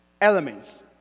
elements